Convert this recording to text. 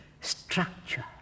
structure